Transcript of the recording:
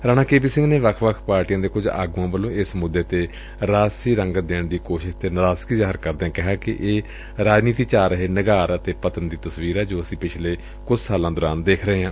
Rana K P Singh ਨੇ ਵੱਖ ਵੱਖ ਪਾਰਟੀਆਂ ਦੇ ਕੁਝ ਆਗੁਆਂ ਵੱਲੋਂ ਇਸ ਮੁੱਦੇ ਨੂੰ ਰਾਜਸੀ ਰੰਗਤ ਦੇਣ ਦੀ ਕੋਸ਼ਿਸ਼ ਤੇ ਨਾਰਾਜ਼ਗੀ ਜ਼ਾਹਿਰ ਕਰਦਿਆਂ ਕਿਹਾ ਇਹ ਰਾਜਨੀਤੀ ਵਿੱਚ ਆ ਰਹੇ ਨਿਘਾਰ ਤੇ ਪਤਨ ਦੀ ਤਸਵੀਰ ਏ ਜੋ ਅਸੀਂ ਪਿਛਲੇ ਕੁਝ ਸਾਲਾਂ ਦੌਰਾਨ ਦੇਖਿਆ ਏ